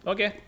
Okay